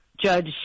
Judge